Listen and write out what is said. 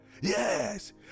Yes